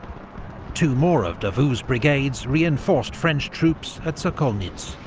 two more of davout's brigades reinforced french troops at sokolnitz.